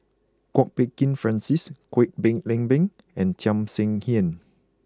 Kwok Peng Kin Francis Kwek Leng Beng and Tham Sien Yen